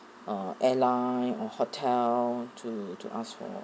uh airline or hotel to to ask for